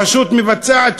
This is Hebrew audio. הרשות המבצעת,